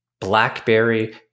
BlackBerry